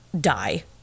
die